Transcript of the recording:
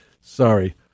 sorry